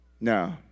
No